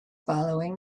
following